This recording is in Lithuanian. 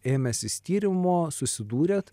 ėmęsis tyrimo susidūrėt